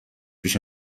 پیش